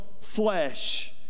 flesh